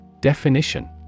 Definition